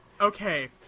okay